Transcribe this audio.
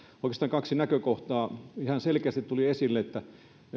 oikeastaan kaksi näkökohtaa ihan selkeästi tuli esille että